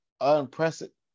unprecedented